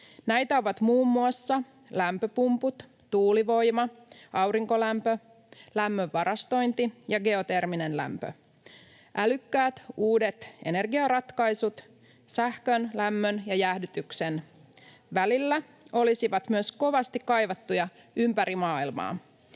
Näitä ovat muun muassa lämpöpumput, tuulivoima, aurinkolämpö, lämmön varastointi ja geoterminen lämpö. Älykkäät uudet energiaratkaisut sähkön, lämmön ja jäähdytyksen välillä olisivat myös kovasti kaivattuja ympäri maailmaa,